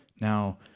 Now